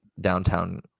downtown